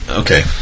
okay